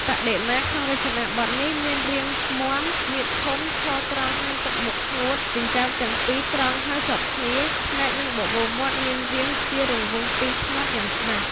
បដិមា ក្នុងរចនាបថនេះ មានរាងមាំ មាឌធំ ឈរត្រង់ មានទឹកមុខស្ងួត ចិញ្ចើមទាំងពីរត្រង់ហើយជាប់គ្នា ភ្នែកនិងបបូរមាត់មានរាងជារង្វង់ពីរផ្នត់ យ៉ាងច្បាស់ ។